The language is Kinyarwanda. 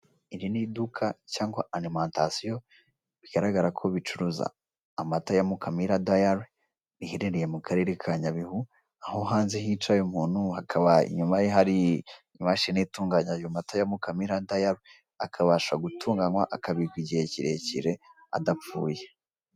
Iri ni iduka cyangwa alimantasiyo bigaragara ko bicuruza amata ya Mukamira dayari riherereye mu karere ka Nyabihu. Aho hanze hicaye umuntu hakaba inyuma ye hari imashini itunganya ayo mata ya Mukamira dayari, akabasha gutunganywa, akabikwa igihe kirekire adapfuye.